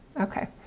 Okay